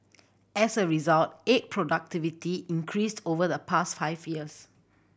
as a result egg productivity increased over the past five years